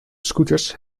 scooters